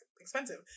expensive